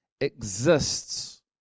exists